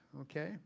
okay